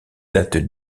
date